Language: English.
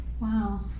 Wow